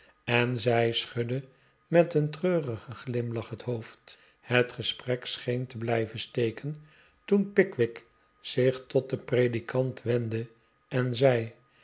en zij schudde met een treurigen glimlach het hoofd het gesprek scheen te bliiven steken toen pickwick zich tot den predikant wendde en zei